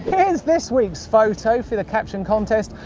here's this week's photo for the caption contest.